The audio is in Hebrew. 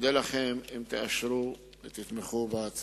אודה לכם אם תאשרו את ההצעה ותתמכו בה.